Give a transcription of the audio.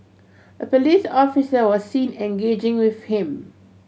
a police officer was seen engaging with him